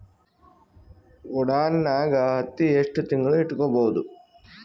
ಗೊಡಾನ ನಾಗ್ ಹತ್ತಿ ಎಷ್ಟು ತಿಂಗಳ ಇಟ್ಕೊ ಬಹುದು?